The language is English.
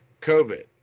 COVID